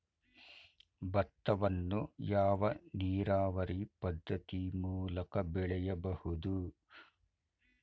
ಭತ್ತವನ್ನು ಯಾವ ನೀರಾವರಿ ಪದ್ಧತಿ ಮೂಲಕ ಬೆಳೆಯಬಹುದು?